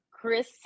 chris